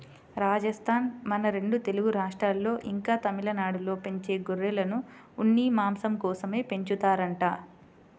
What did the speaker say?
రాజస్థానూ, మన రెండు తెలుగు రాష్ట్రాల్లో, ఇంకా తమిళనాడులో పెంచే గొర్రెలను ఉన్ని, మాంసం కోసమే పెంచుతారంట